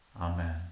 Amen